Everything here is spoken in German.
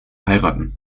heiraten